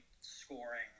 scoring